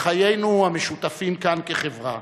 לחיינו המשותפים כאן כחברה.